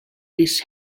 this